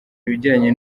ibijyanye